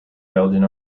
belgian